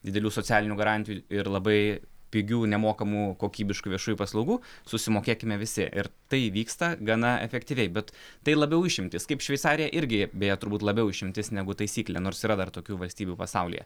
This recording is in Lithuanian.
didelių socialinių garantijų ir labai pigių nemokamų kokybiškų viešųjų paslaugų susimokėkime visi ir tai vyksta gana efektyviai bet tai labiau išimtys kaip šveicarija irgi beje turbūt labiau išimtis negu taisyklė nors yra dar tokių valstybių pasaulyje